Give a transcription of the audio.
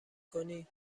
کنی